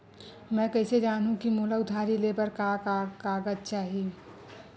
मैं कइसे जानहुँ कि मोला उधारी ले बर का का कागज चाही?